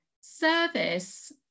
service